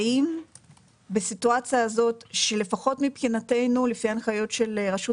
האם בסיטואציה הזאת שלפחות מבחינתנו לפי ההנחיות רשות